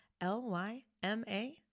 L-Y-M-A